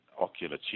ocular